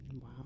Wow